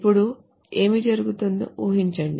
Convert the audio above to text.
ఇప్పుడు ఏమి జరుగుతుందో ఊహించండి